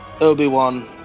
Obi-Wan